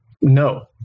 No